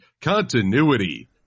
continuity